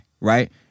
right